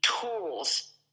tools